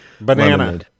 Banana